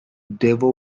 devil